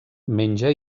menja